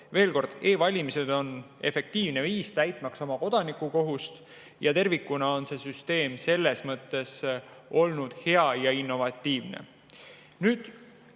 Veel kord: e-valimised on efektiivne viis täitmaks oma kodanikukohust ja tervikuna on süsteem olnud hea ja innovatiivne. Läheme